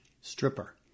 Stripper